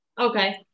okay